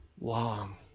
long